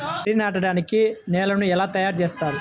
వరి నాటడానికి నేలను ఎలా తయారు చేస్తారు?